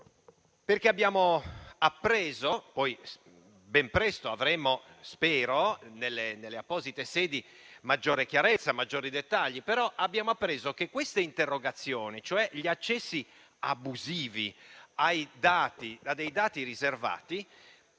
preoccupanti. Spero che ben presto avremo, nelle apposite sedi, maggiore chiarezza e maggiori dettagli; però abbiamo appreso che queste interrogazioni, cioè gli accessi abusivi a dei dati riservati,